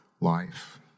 life